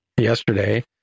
yesterday